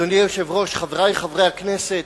אדוני היושב-ראש, חברי חברי הכנסת,